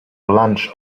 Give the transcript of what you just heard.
lunch